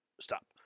stop